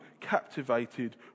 captivated